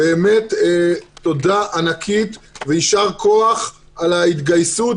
תודה ענקית ויישר כוח על ההתגייסות,